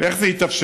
ואיך זה התאפשר?